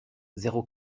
zéro